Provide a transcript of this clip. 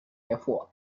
hervor